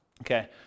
Okay